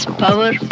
Power